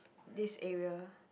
this area